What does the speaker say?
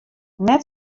net